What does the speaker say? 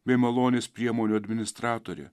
bei malonės priemonių administratorė